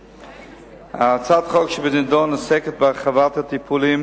הצעת החוק שבנדון עוסקת בהרחבת הטיפולים